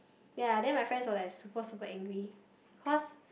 ya then my friends were like super super angry cause